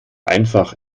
einfach